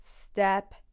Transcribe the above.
Step